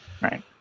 Right